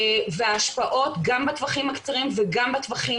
וההשפעות גם בטווחים הקצרים וגם בטווחים